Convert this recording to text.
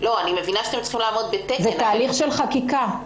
זה תהליך של חקיקה.